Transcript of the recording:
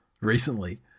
recently